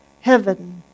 heaven